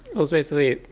was basically